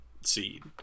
seed